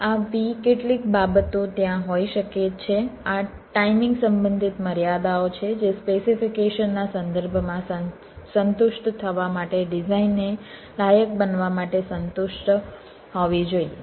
આવી કેટલીક બાબતો ત્યાં હોઈ શકે છે આ ટાઇમિંગ સંબંધિત મર્યાદાઓ છે જે સ્પેસિફીકેશનના સંદર્ભમાં સંતુષ્ટ થવા માટે ડિઝાઇનને લાયક બનવા માટે સંતુષ્ટ હોવી જોઈએ